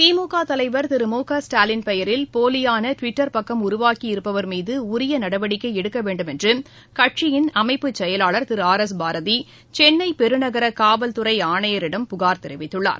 திமுக தலைவர் திரு முகஸ்டாலின் பெயரில் போலியான ட்விட்டர் பக்கம் உருவாக்கி இருப்பவர் மீது உரிய நடவடிக்கை எடுக்க வேண்டும் என்று கட்சியின் அமைப்பு செயலாளர் திரு ஆர் எஸ் பாரதி சென்னை பெருநகர காவல்துறை ஆணையரிடம் புகார் தெரிவித்துள்ளார்